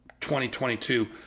2022